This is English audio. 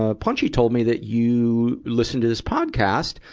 ah punchy told me that you listened to this podcast,